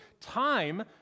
time